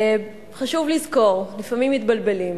חשוב לזכור, לפעמים מתבלבלים: